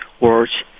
words